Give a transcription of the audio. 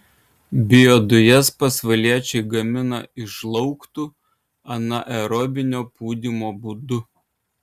biodujas pasvaliečiai gamina iš žlaugtų anaerobinio pūdymo būdu